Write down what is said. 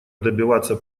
добиваться